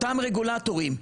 אותם רגולטורים,